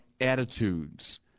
attitudes